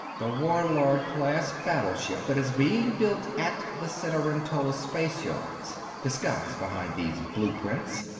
the warlord class battleship that is being built at the cenerentola spaceyards. disguised behind these blueprints.